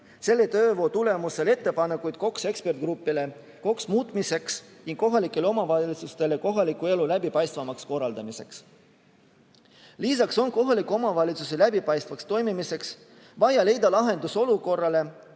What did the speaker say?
selle töö tulemusel ettepanekud KOKS-i ekspertgrupile KOKS-i muutmiseks ning kohalikele omavalitsustele kohaliku elu läbipaistvamaks korraldamiseks. Lisaks on kohaliku omavalitsuse läbipaistvaks toimimiseks vaja leida lahendus olukorrale,